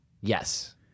yes